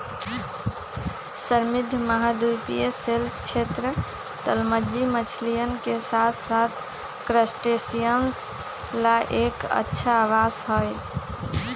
समृद्ध महाद्वीपीय शेल्फ क्षेत्र, तलमज्जी मछलियन के साथसाथ क्रस्टेशियंस ला एक अच्छा आवास हई